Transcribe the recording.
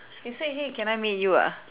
you said !hey! can I meet you ah